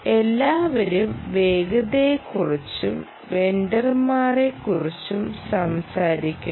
എല്ലാവരും വേഗതയെക്കുറിച്ചും വെണ്ടർമാരെക്കുറിച്ചും സംസാരിക്കുന്നു